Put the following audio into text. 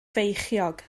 feichiog